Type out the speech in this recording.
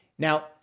Now